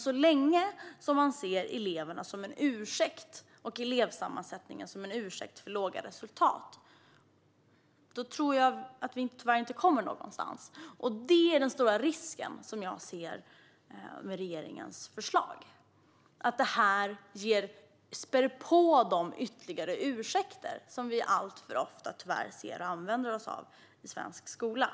Så länge man ser eleverna och elevsammansättningen som en ursäkt för låga resultat tror jag dock att vi tyvärr inte kommer någonstans. Det är den stora risken jag ser med regeringens förslag - att det ytterligare spär på de ursäkter vi tyvärr alltför ofta ser och använder oss av i svensk skola.